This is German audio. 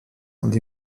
und